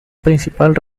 principal